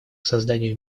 созданию